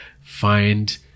find